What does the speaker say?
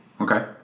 okay